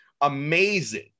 Amazing